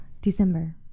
December